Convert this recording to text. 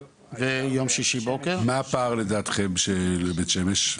ויום שישי בוקר -- מה הפער לדעתכם של בית שמש,